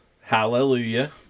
Hallelujah